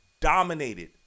dominated